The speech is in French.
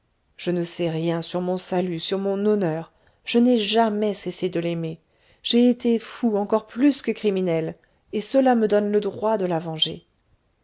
je ne sais rien sur mon salut sur mon honneur je n'ai jamais cessé de l'aimer j'ai été fou encore plus que criminel et cela me donne le droit de la venger